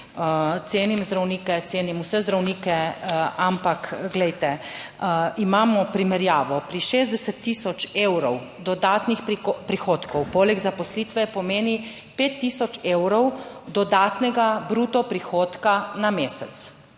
cenim zdravnike, cenim vse zdravnike, ampak glejte. Imamo primerjavo pri 60 tisoč evrov dodatnih prihodkov poleg zaposlitve pomeni 5 tisoč evrov dodatnega bruto prihodka na mesec,